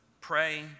pray